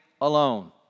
alone